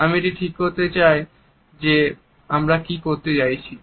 আমি এটি ঠিক করতে চাই কিন্তু আমরা কি করতে যাচ্ছি